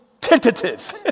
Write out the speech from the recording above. tentative